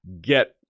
get